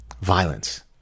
violence